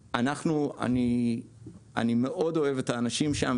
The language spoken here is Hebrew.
אני מאוד אוהב את האנשים שם,